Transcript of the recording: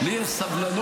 לי יש סבלנות,